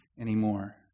anymore